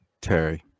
Terry